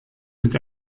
mit